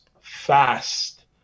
fast